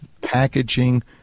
packaging